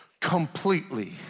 Completely